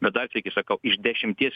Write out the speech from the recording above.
bet dar sykį sakau iš dešimties